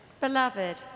Beloved